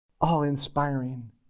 all-inspiring